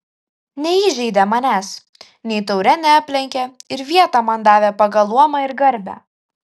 neįžeidė manęs nei taure neaplenkė ir vietą man davė pagal luomą ir garbę